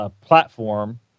Platform